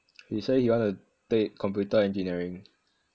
he say he want to take computer engineering